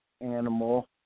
animal